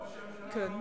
גברתי,